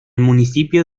municipio